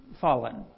fallen